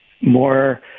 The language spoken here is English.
more